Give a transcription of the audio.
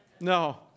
No